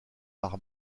par